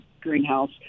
greenhouse